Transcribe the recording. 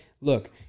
Look